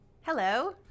Hello